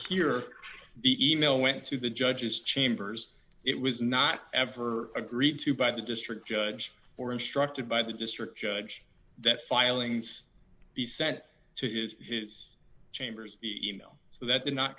here the e mail went to the judge's chambers it was not ever agreed to by the district judge or instructed by the district judge that filings be sent to use his chambers email so that did not